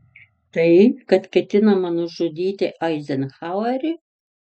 tai kad ketinama nužudyti eizenhauerį